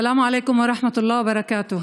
א-סלאם עליכום ורחמת אללה וברכאתה.